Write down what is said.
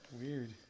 Weird